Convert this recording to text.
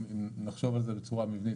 אם נחשוב על זה בצורה מילולית,